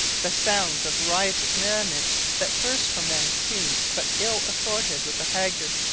the sounds of riotous merriment that burst from them seemed but ill-assorted with the haggard,